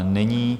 Není.